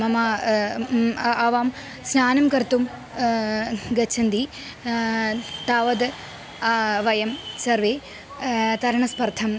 मम आवां स्नानं कर्तुं गच्छन्ति तावद् वयं सर्वे तरणस्पर्धां